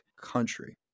country